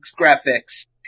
graphics